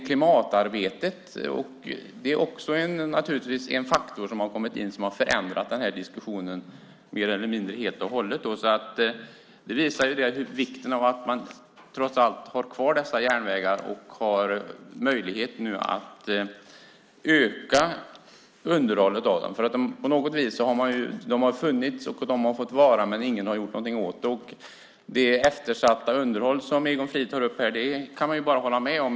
Klimatarbetet är också en faktor som har kommit in och förändrat den här diskussionen helt och hållet. Det visar vikten av att man trots allt har kvar dessa järnvägar och nu har möjlighet att öka underhållet av dem. De har funnits och fått vara kvar, men ingen har gjort någonting åt dem. Att underhållet är eftersatt, som Egon Frid tar upp, kan man bara hålla med om.